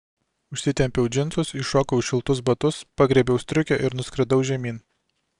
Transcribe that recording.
užsitempiau džinsus įšokau į šiltus batus pagriebiau striukę ir nuskridau žemyn